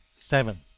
seven.